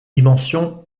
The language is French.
dimensions